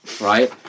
Right